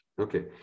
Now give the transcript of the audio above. Okay